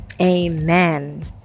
amen